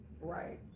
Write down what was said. Right